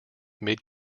mid